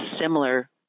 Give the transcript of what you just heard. similar